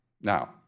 Now